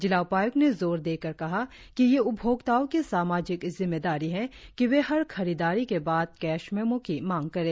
जिला उपाय्क्त ने जोर देकर कहा कि यह उपभोक्ताओं की सामाजिक जिम्मेदारी है कि वे हर खरीदारी के बाद कैश मेमो की मांग करें